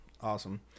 awesome